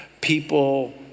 People